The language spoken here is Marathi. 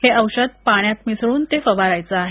हे औषध पाण्यात मिसळून ते फवारायच आहे